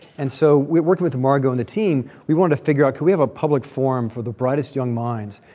and so we worked with margot and the team. we wanted to figure out, can we have a public forum for the brightest young minds